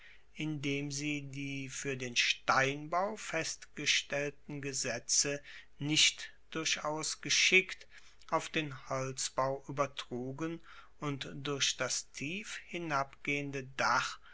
indem sie die fuer den steinbau festgestellten gesetze nicht durchaus geschickt auf den holzbau uebertrugen und durch das tief hinabgehende dach